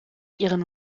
ihren